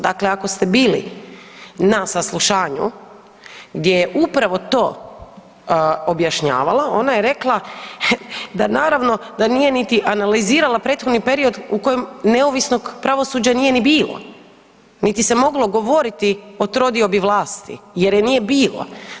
Dakle, ako ste bili na saslušanju gdje je upravo to objašnjavala, ona je rekla da naravno da nije niti analizirala prethodni period u kojem neovisnog pravosuđa nije ni bilo, niti se moglo govoriti o trodiobi vlasti jer je nije bilo.